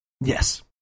yes